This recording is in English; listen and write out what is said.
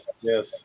Yes